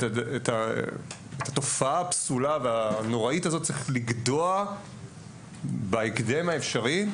את התופעה הפסולה והנוראית הזו צריך לגדוע בהקדם האפשרי,